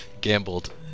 gambled